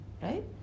right